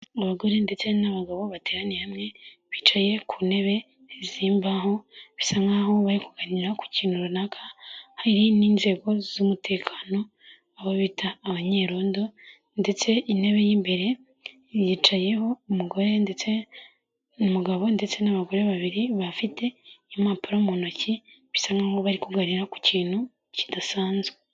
Abagore ndetse n'abagabo bateraniye hamwe, bicaye ku ntebe zimbaho bisa nkaho bari kuganira ku kintu runaka. Hari n'inzego z'umutekano abo bita abanyerondo ndetse intebe y'imbere yicayeho umugore ndetse n'umugabo ndetse n'abagore babiri bafite impapuro mu ntoki bisa nkaho bari kuganira ku kintu kidasanzwe.